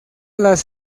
las